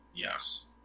Yes